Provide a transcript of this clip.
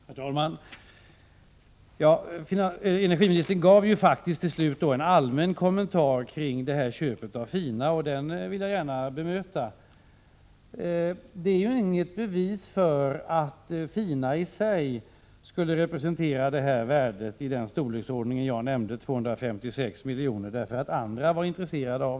Herr talman! Energiministern gav ju till slut en allmän kommentar till köpet av Fina, och den vill jag gärna bemöta. Att andra var intresserade av att köpa Svenska Fina är ju inget bevis för att Fina sig skulle representera ett värde i den storleksordning som jag nämnde, 256 milj.kr.